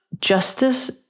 Justice